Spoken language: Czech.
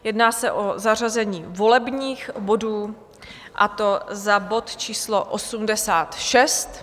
Jedná se o zařazení volebních bodů, a to za bod číslo 86.